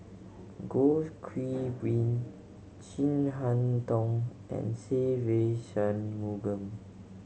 Goh Qiu Bin Chin Harn Tong and Se Ve Shanmugam